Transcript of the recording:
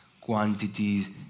quantities